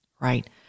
right